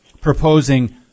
proposing